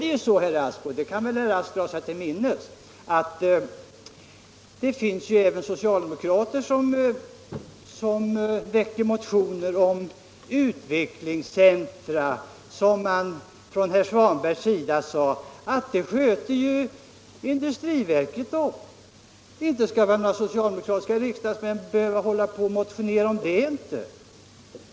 Det finns emellertid — och det kan väl herr Rask dra sig till minnes —- även socialdemokrater som väcker motioner om utvecklingscentra, trots att herr Svanberg sade att industriverket sköter om det. Inte skall några socialdemokratiska riksdagsmän behöva motionera om det!